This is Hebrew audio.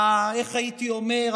איך הייתי אומר,